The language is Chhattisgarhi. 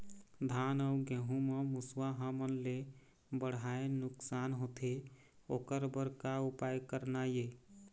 धान अउ गेहूं म मुसवा हमन ले बड़हाए नुकसान होथे ओकर बर का उपाय करना ये?